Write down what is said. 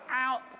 out